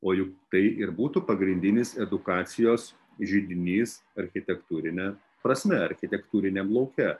o juk tai ir būtų pagrindinis edukacijos židinys architektūrine prasme architektūriniam lauke